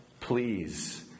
please